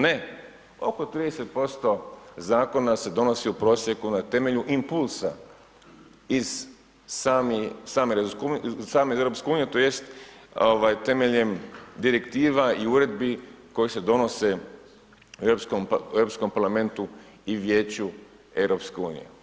Ne oko 30% zakona se donosi u prosjeku na temelju impulsa iz same EU, tj. temeljem direktiva i uredbe koje se donose u Europskom parlamentu i Vijeću EU.